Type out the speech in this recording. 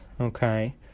okay